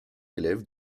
élève